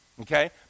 Okay